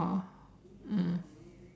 oh mm